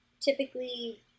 typically